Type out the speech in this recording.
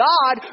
God